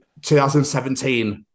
2017